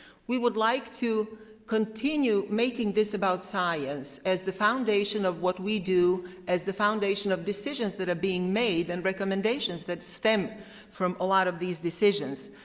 we would like to continue making this about science as the foundation of what we do, as the foundation of decisions that are being made and recommendations that stem from a lot of these decisions.